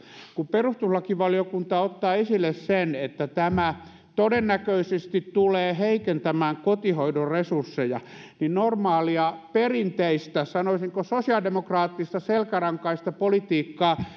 kun perustuslakivaliokunta ottaa esille sen että tämä todennäköisesti tulee heikentämään kotihoidon resursseja niin normaalia perinteistä sanoisinko sosiaalidemokraattista selkärankaista politiikkaa